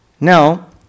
Now